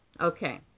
Okay